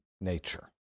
nature